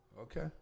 Okay